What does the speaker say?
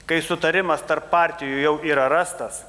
kai sutarimas tarp partijų jau yra rastas